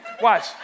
watch